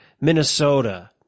Minnesota